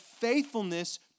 faithfulness